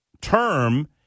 term